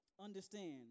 understand